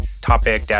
topic